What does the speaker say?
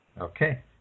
Okay